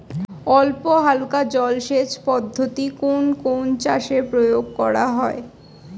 অল্পহালকা জলসেচ পদ্ধতি কোন কোন চাষে প্রয়োগ করা হয়?